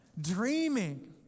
dreaming